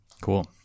Cool